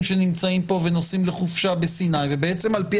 שנמצאים כאן ונוסעים לחופשה בסיני ובעצם על פי